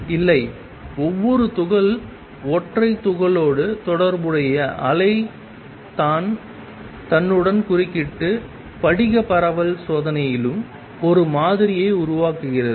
இல்லை ஒவ்வொரு துகள் ஒற்றை துகளோடு தொடர்புடைய அலை தான் தன்னுடன் குறுக்கிட்டு படிக பரவல் சோதனையிலும் ஒரு மாதிரியை உருவாக்குகிறது